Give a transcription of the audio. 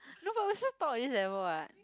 no but we're supposed to talk at this level what